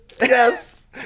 Yes